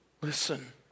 Listen